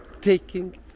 taking